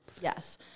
Yes